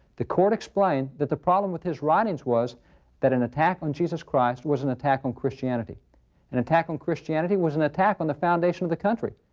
the court explained that the problem with his writings was that an attack on jesus christ was an attack on christianity an attack on christianity was an attack on the foundation of the country.